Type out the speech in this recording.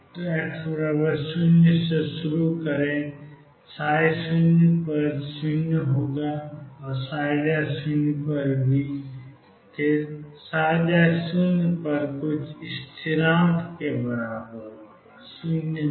तो x0 से शुरू करें 00 0 के साथ कुछ स्थिरांक के बराबर है